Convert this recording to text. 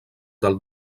del